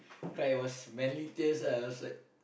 cry it was manly tears lah I was like